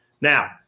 Now